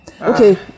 Okay